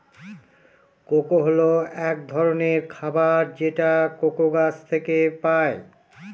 cocoa হল এক ধরনের খাবার যেটা কোকো গাছ থেকে পায়